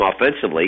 offensively